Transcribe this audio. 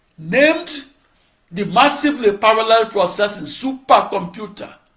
named the massively parallel processing supercomputer,